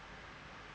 it's so far